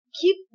keep